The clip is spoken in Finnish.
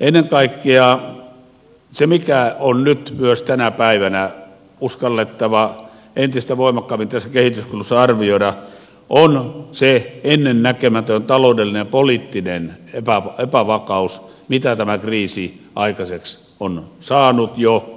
ennen kaikkea se mikä on nyt myös tänä päivänä uskallettava entistä voimakkaammin tässä kehityskulussa arvioida on se ennennäkemätön taloudellinen ja poliittinen epävakaus jonka tämä kriisi on saanut jo aikaiseksi